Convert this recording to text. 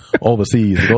overseas